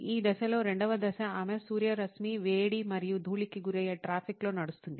ఈ దశలో రెండవ దశ ఆమె సూర్యరశ్మి వేడి మరియు ధూళికి గురయ్యే ట్రాఫిక్లో నడుస్తుంది